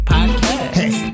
Podcast